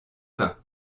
pain